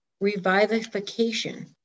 revivification